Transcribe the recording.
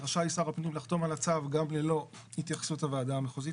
רשאי שר הפנים לחתום על הצו גם ללא התייחסות של הוועדה המחוזית,